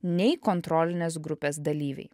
nei kontrolinės grupės dalyviai